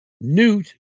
Newt